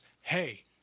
hey